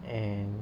and